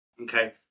Okay